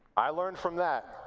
i learned from that,